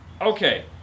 okay